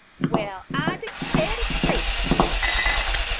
well, i declar' to gracious! she exclaimed.